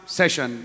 session